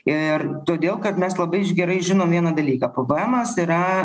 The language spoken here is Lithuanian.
ir todėl kad mes labai gerai žinom vieną dalyką pvemas yra